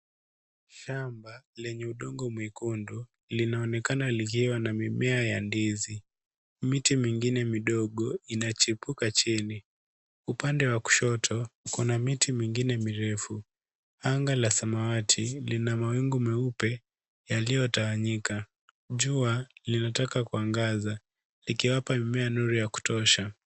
Shamba lenye udongo mwekundu, linaonekana likiwa na mimea ya ndizi. Miti mingine midogo inachipuka chini. Upande wa kushoto, kuna miti mingine mirefu. Anga la samawati lina mawingu meupe yaliyotawanyika. Jua linataka kuangaza likiwapa mimea nuru ya kutosha.